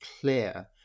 clear